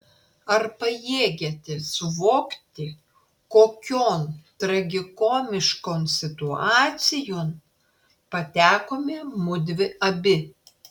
ar pajėgiate suvokti kokion tragikomiškon situacijon patekome mudvi abi